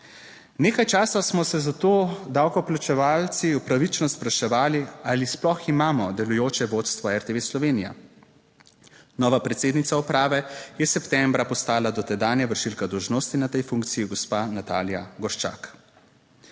Nekaj časa smo se zato davkoplačevalci upravičeno spraševali, ali sploh imamo delujoče vodstvo RTV Slovenija. Nova predsednica uprave je septembra postala dotedanja vršilka dolžnosti na tej funkciji, gospa Natalija Gorščak.